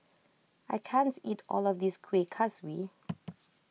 I can't eat all of this Kueh Kaswi